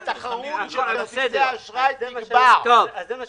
התחרות על כרטיסי האשראי תסודר.